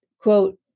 quote